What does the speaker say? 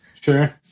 Sure